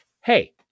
hey